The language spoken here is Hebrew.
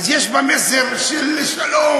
אז יש בה מסר של שלום,